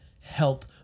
help